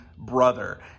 brother